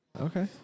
Okay